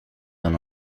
d’un